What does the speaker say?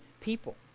people